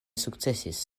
sukcesis